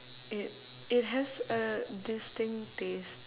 it it has a distinct taste